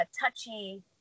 touchy